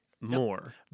more